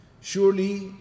Surely